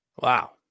Wow